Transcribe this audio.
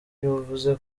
yavuze